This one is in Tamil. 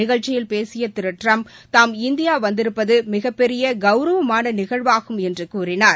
நிகழ்ச்சியில் பேசிய திரு ட்டிம்ப் தாம் இந்தியா வந்திருப்பது மிகப்பெரிய கௌரவமான நிகழ்வாகும் என்று கூறினார்